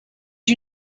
you